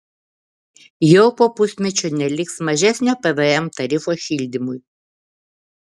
jau po pusmečio neliks mažesnio pvm tarifo šildymui